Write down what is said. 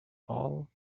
all